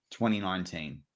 2019